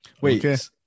Wait